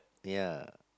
ya